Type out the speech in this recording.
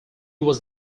was